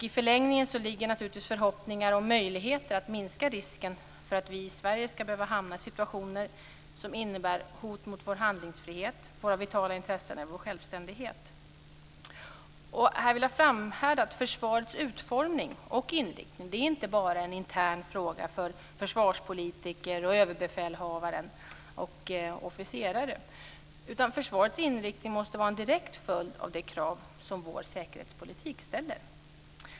I förlängningen ligger naturligtvis förhoppningar om möjligheter att minska risken för att vi i Sverige ska behöva hamna i situationer som innebär hot mot vår handlingsfrihet, våra vitala intressen och vår självständighet. Här vill jag framhålla att försvarets utformning och inriktning inte bara är en intern fråga för försvarspolitiker, överbefälhavaren och officerare. Försvarets inriktning måste vara en direkt följd av de krav som vår säkerhetspolitik ställer.